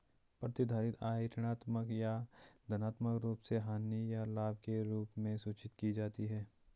प्रतिधारित आय ऋणात्मक या धनात्मक रूप से हानि या लाभ के रूप में सूचित की जाती है